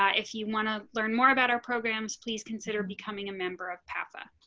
ah if you want to learn more about our programs, please consider becoming a member of pasa